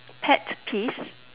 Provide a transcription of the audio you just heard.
pet peeves